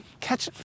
catch